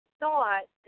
thought